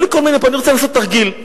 אני רוצה לעשות תרגיל.